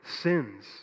sins